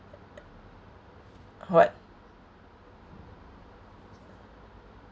what